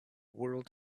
world